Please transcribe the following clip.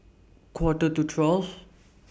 Quarter to twelve